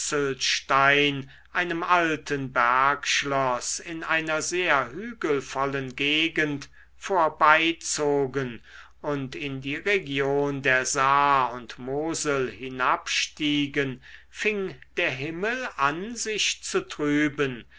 lützelstein einem alten bergschloß in einer sehr hügelvollen gegend vorbeizogen und in die region der saar und mosel hinabstiegen fing der himmel an sich zu trüben